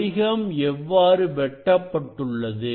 படிகம் எவ்வாறு வெட்டப்பட்டுள்ளது